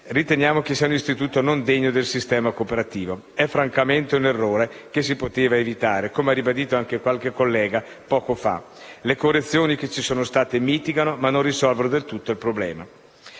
riteniamo sia un istituto non degno del sistema cooperativo. È francamente un errore che si poteva evitare, come hanno detto anche altri colleghi poco fa. Le correzioni che ci sono state mitigano, ma non risolvono del tutto il problema.